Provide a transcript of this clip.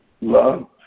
love